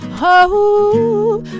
hope